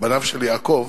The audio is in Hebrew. בניו של יעקב,